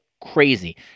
crazy